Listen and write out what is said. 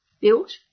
built